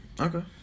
Okay